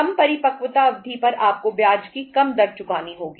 कम परिपक्वता अवधि पर आपको ब्याज की कम दर चुकानी होगी